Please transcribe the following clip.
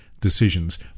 decisions